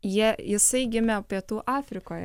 jie jisai gimė pietų afrikoje